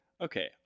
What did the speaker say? Okay